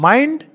Mind